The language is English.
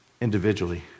individually